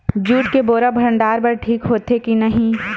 Jute के बोरा भंडारण बर ठीक होथे के नहीं?